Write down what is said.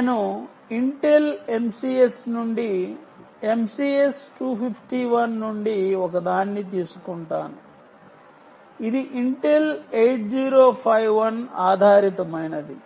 నేను Intel MCS నుండి MCS 251 నుండి ఒకదాన్ని తీసుకుంటాను ఇది ఇంటెల్ 8051 ఆధారితమైనది